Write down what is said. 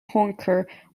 honker